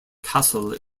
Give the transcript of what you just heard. castle